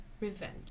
revenge